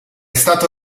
stato